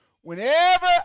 Whenever